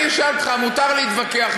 אתה מתלהם.